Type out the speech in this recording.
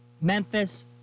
Memphis